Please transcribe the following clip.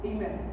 Amen